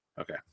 Okay